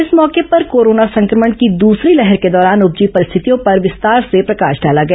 इस मौके पर कोरोना संक्रमण की दूसरी लहर के दौरान उपजी परिस्थितियों पर विस्तार से प्रकाश डाला गया